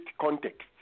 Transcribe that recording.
context